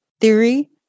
theory